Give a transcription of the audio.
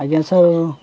ଆଜ୍ଞା ସାର୍